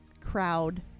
crowd